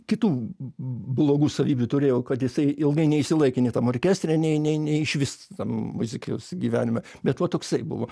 kitų blogų savybių turėjo kad jisai ilgai neišsilaikė nei tam orkestre nei nei nei išvis muzikos gyvenime bet va toksai buvo